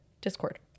discord